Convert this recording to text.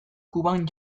kuban